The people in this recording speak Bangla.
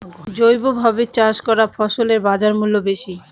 জৈবভাবে চাষ করা ফসলের বাজারমূল্য বেশি